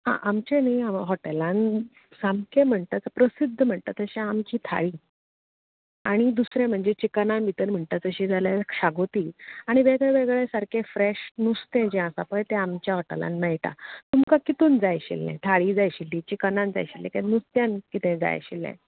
आ आमचें न्ही हांगा हॉटेलान सामकें म्हाणटा प्रसिद्द म्हणटा तशें आमची थाळी आनी दुसरें म्हणजे चिकनान भितर म्हणटा तशीं जाल्यार शाकोती आनी वेगळें वेगळें सारकें फ्रेश नुस्तें जे आसा पळय तें आमच्या हॉटेलान मेळटा तुमकां कितून जाय आशिल्लें थाळीं जाय आशिल्ली चिकनान जाय आशिल्लें काय नुस्त्यान कितें जाय आशिल्लें